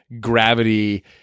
gravity